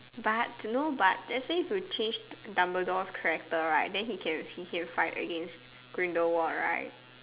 but no but let's say if you changed dumbledore character right then he can he can fight against grindelwald right